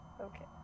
Okay